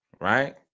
Right